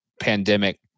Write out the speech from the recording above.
pandemic